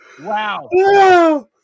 Wow